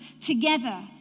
together